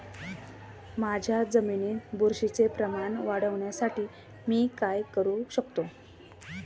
माझ्या जमिनीत बुरशीचे प्रमाण वाढवण्यासाठी मी काय करू शकतो?